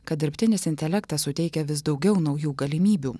kad dirbtinis intelektas suteikia vis daugiau naujų galimybių